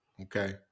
Okay